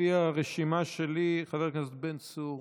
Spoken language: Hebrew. לפי הרשימה שלי, חבר הכנסת בן צור.